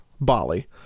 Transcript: Bali